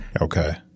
Okay